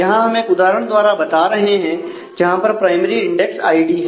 यहां हम एक उदाहरण बता रहे हैं जहां पर प्राइमरी इंडेक्स आईडी है